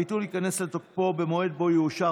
הביטול ייכנס לתוקפו במועד שבו יאושר